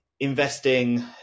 investing